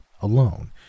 alone